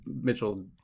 Mitchell